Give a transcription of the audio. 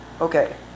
okay